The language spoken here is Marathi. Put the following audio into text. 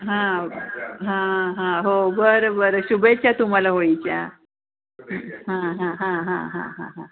हां हां हां हो बरं बरं शुभेच्छा तुम्हाला होळीच्या हां हां हां हां हां हां हां